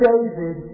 David